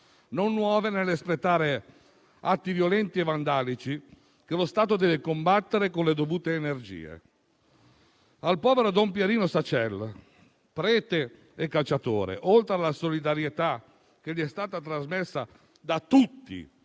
non nuove nell'espletare atti violenti e vandalici che lo Stato deve combattere con le dovute energie. Al povero don Pierino Sacella, prete e cacciatore, alla solidarietà che gli è stata trasmessa da tutti